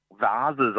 vases